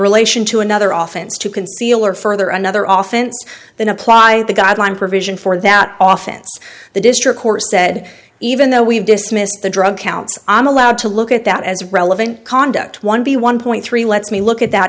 relation to another oftens to conceal or further another often than apply the guideline provision for that often the district court said even though we have dismissed the drug counts i'm allowed to look at that as relevant conduct one b one point three let me look at that